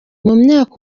myaka